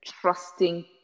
trusting